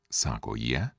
sako jie